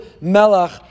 Melach